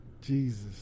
Jesus